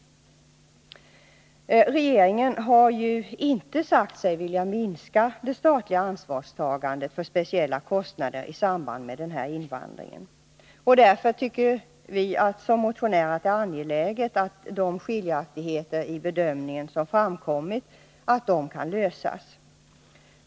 Regeringen har inte sagt sig vilja minska det statliga ansvarstagandet för speciella kostnader i samband med denna invandring. Därför anser vi motionärer att det är angeläget att de skiljaktigheter i bedömningen som framkommit kan undanröjas.